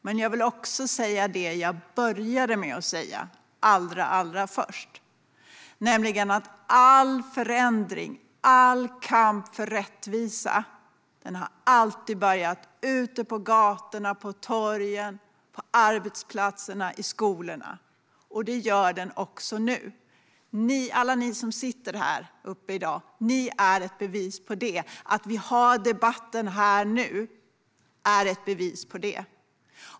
Men jag vill också säga det jag började med att säga allra, allra först, nämligen att all förändring och all kamp för rättvisa alltid har börjat ute på gatorna, på torgen, på arbetsplatserna och i skolorna. Och det gör den också nu. Alla ni som sitter här uppe på läktaren i dag är ett bevis på det. Att vi har debatten här nu är ett bevis på det.